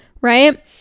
Right